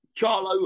Charlo